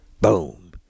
boom